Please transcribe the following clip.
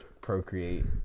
Procreate